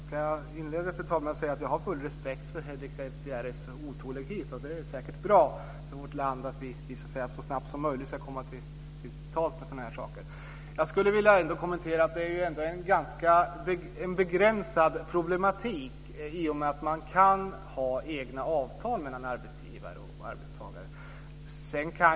Fru talman! Inledningsvis vill jag säga att jag har full respekt för Henrik S Järrels otålighet. Det är säkert bra för vårt land att vi så snabbt som möjligt kommer till tals om sådana här saker. Men problematiken är ändå ganska begränsad i och med att man kan ha egna avtal mellan arbetsgivare och arbetstagare.